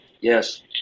Yes